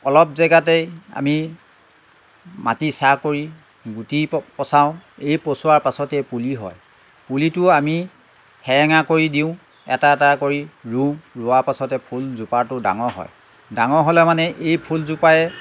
অলপ জেগাতেই আমি মাটি চাহ কৰি গুটি পচাওঁ এই পচোৱাৰ পাছতেই পুলি হয় পুলিটো আমি সেৰেঙা কৰি দিওঁ এটা এটা কৰি ৰুওঁ ৰোৱা পাছতে ফুল জোপাটো ডাঙৰ হয় ডাঙৰ হ'লে মানে এই ফুলজোপাই